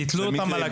תלו אותם על הקיר.